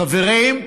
חברים,